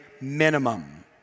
minimum